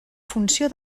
funció